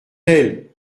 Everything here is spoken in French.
elle